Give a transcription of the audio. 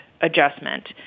adjustment